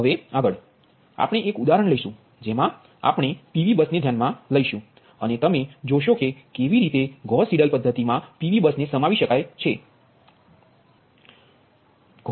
હવે આગળ આપણે એક ઉદાહરણ લઇશુ જેમાં આપણે PV બસને ધ્યાનમાં લઈશું અને તમે જોશો કે કેવી રીતે ગૌસ સીડેલ પદ્ધતિમાં PV બસ સમાવી શકીએ છીએ